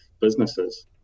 businesses